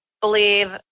believe